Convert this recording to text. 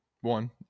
One